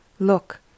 Look